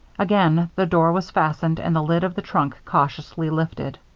again the door was fastened and the lid of the trunk cautiously lifted.